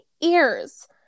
ears